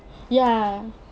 ya